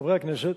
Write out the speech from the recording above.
חברי הכנסת,